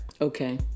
Okay